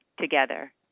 together